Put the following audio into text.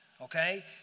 okay